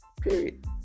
Period